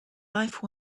life